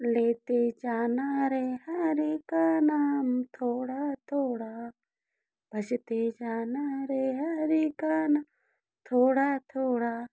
लेते जाना रे हरि का नाम थोड़ा थोड़ा भजते जाना रे हरी का ना थोड़ा थोड़ा